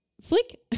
flick